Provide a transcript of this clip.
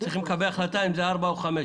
צריכים לקבל החלטה אם זה גיל ארבע או חמש.